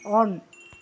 on